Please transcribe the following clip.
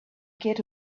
kid